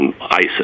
isis